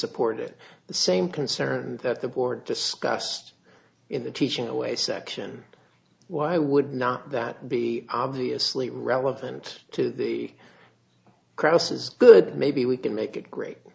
support it the same concern that the board discussed in the teaching away section why would not that be obviously relevant to the cross is good maybe we can make it great